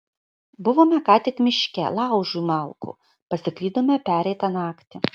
buvome ką tik miške laužui malkų pasiklydome pereitą naktį